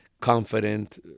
confident